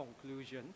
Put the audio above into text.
conclusion